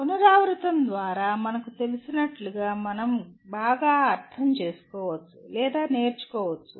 పునరావృతం ద్వారా మనకు తెలిసినట్లుగా మనం బాగా అర్థం చేసుకోవచ్చు లేదా నేర్చుకోవచ్చు